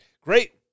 great